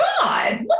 God